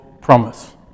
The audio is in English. promise